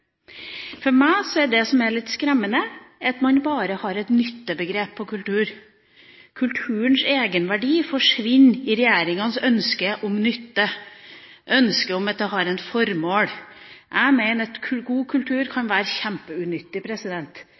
Det som er litt skremmende for meg, er at man bare har et nyttebegrep når det gjelder kultur. Kulturens egenverdi forsvinner i regjeringas ønske om nytte – ønske om at den har et formål. Jeg mener at god kultur kan være kjempeunyttig.